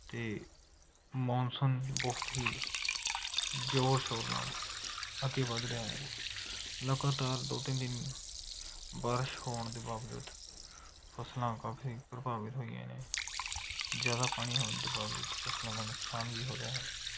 ਅਤੇ ਮੌਨਸੂਨ ਬਹੁਤ ਹੀ ਜ਼ੋਰ ਸ਼ੋਰ ਨਾਲ ਅੱਗੇ ਵੱਧ ਰਿਹਾ ਹੈ ਲਗਾਤਾਰ ਦੋ ਤਿੰਨ ਦਿਨ ਬਾਰਸ਼ ਹੋਣ ਦੇ ਬਾਵਜੂਦ ਫ਼ਸਲਾਂ ਕਾਫੀ ਪ੍ਰਭਾਵਿਤ ਹੋਈਆਂ ਨੇ ਜ਼ਿਆਦਾ ਪਾਣੀ ਹੋਣ ਦੇ ਬਾਵਜੂਦ ਫ਼ਸਲਾਂ ਦਾ ਨੁਕਸਾਨ ਵੀ ਹੋ ਰਿਹਾ ਹੈ